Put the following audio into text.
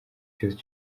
kibazo